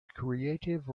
creative